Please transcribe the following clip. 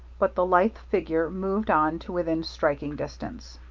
but the lithe figure moved on to within striking distance.